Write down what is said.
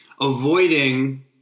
avoiding